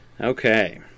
Okay